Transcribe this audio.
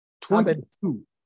Twenty-two